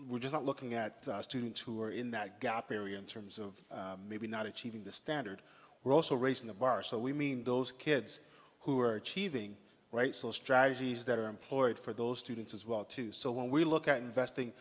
we're just looking at students who are in that gap area in terms of maybe not achieving the standard we're also raising the bar so we mean those kids who are achieving right so strategies that are employed for those students as well too so when we look at investing